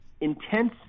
intense